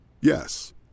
Yes